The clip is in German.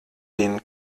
den